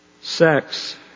Sex